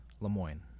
Lemoyne